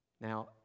Now